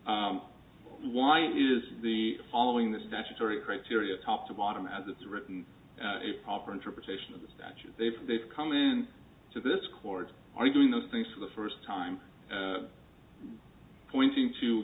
d why is the following the statutory criteria top to bottom as it's written a proper interpretation of the statute they've they've come in to this court are you doing those things for the first time pointing to